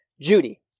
Judy